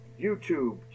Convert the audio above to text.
YouTube